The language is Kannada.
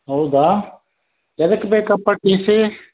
ಹೌದಾ ಎದಕ್ಕೆ ಬೇಕಪ್ಪಾ ಟಿ ಸಿ